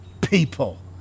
people